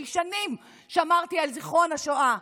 כי שנים שמרתי על זיכרון השואה,